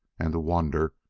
and to wonder,